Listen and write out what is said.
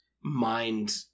mind